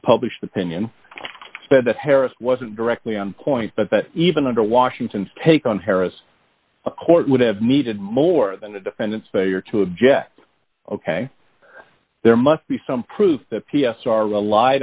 published opinion said that harris wasn't directly on point but that even under washington's take on harris a court would have needed more than a defendant's failure to object ok there must be some proof that p s r relied